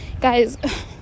guys